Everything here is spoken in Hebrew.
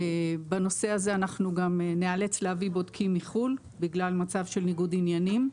בנושא הזה אנחנו גם נאלץ להביא בודקים מחו"ל בגלל מצב של ניגוד עניינים.